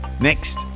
Next